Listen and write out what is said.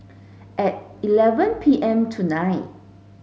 at eleven P M tonight